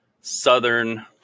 southern